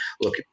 look